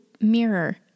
mirror